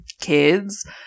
kids